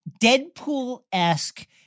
Deadpool-esque